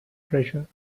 treasure